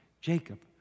Jacob